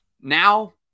Now